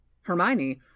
Hermione